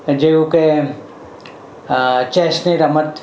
જેવું કે ચેસની રમત